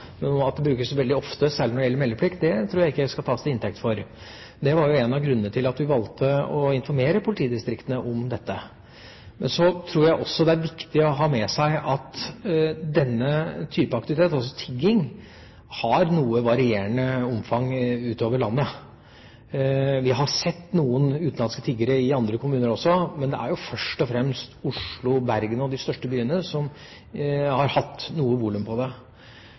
at det brukes veldig ofte, særlig når det gjelder meldeplikt, tror jeg ikke jeg skal tas til inntekt for. Det var jo en av grunnene til at vi valgte å informere politidistriktene om dette. Så tror jeg også det er viktig å ha med seg at denne type aktivitet – altså tigging – har noe varierende omfang utover landet. Vi har sett noen utenlandske tiggere i andre kommuner også, men det er først og fremst i Oslo, Bergen og de største byene det har vært noe volum på